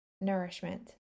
nourishment